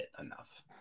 enough